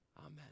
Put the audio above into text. Amen